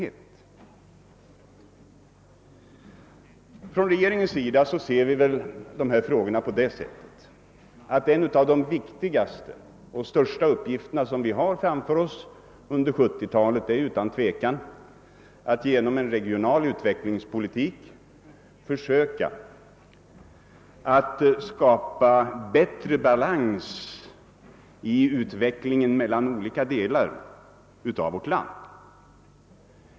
Från regeringens sida ser vi på dessa frågor på det sättet att vi anser, att en av de viktigaste och största uppgifter som vi har framför oss under 1970 talet utan tvekan är att genom en regional utvecklingspolitik försöka att skapa bättre balans i utvecklingen mellan olika delar av vårt land.